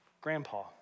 grandpa